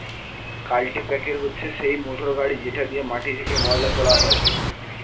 কাল্টিপ্যাকের হচ্ছে সেই মোটর গাড়ি যেটা দিয়ে মাটি থেকে ময়লা তোলা হয়